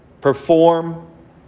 perform